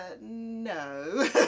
no